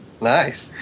Nice